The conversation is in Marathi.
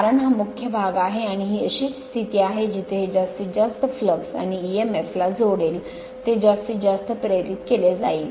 कारण हा मुख्य भाग आहे आणि ही अशीच स्थिती आहे जिथे हे जास्तीत जास्त फ्लक्स आणि emf ला जोडेल ते जास्तीत जास्त प्रेरित केले जाईल